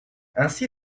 ainsi